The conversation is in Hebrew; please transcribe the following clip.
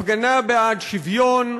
הפגנה בעד שוויון,